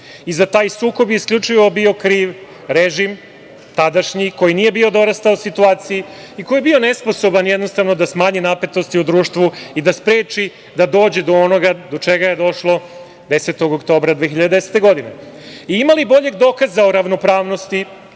i za taj sukob je isključivo bio kriv režim tadašnji koji nije bio dorastao situaciji i koji je bio nesposoban da smanji napetosti u društvu i da spreči da dođe do onoga do čega je došlo 10. oktobra 2010. godine. Ima li boljeg dokaza o ravnopravnosti,